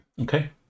Okay